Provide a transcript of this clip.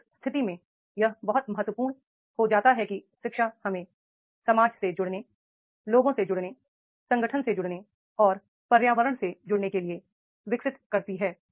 तो उस स्थिति में यह बहुत महत्वपूर्ण हो जाता है कि शिक्षा हमें समाज से जुड़ने लोगों से जुड़ने संगठन से जुड़ने और पर्यावरण से जुड़ने के लिए विकसित करती है